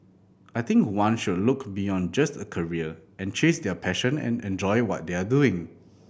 I think one should look beyond just a career and chase their passion and enjoy what they are doing